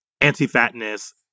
anti-fatness